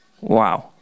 wow